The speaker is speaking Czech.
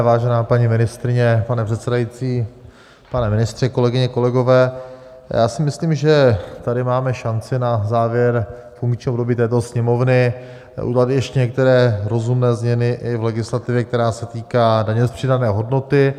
Vážená paní ministryně, pane předsedající, pane ministře, kolegyně, kolegové, já si myslím, že tady máme šanci na závěr funkčního období této Sněmovny udělat ještě některé rozumné změny i v legislativě, která se týká daně z přidané hodnoty.